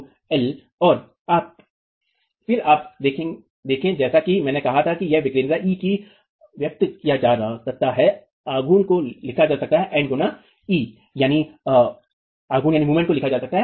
और फिर आप देखें जैसा कि मैंने कहा कि यह विकेंद्रिता e ही व्यक्त किया जा सकता है आघूर्ण को लिखा जा सकता है N गुणा e